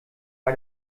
bei